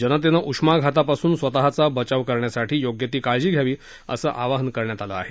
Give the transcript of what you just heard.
जनतेनं उष्माघातापासून स्वतचा बचाव करण्यासाठी योग्य ती काळजी घ्यावी असं आवाहन करण्यात आलं आहे